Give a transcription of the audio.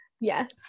Yes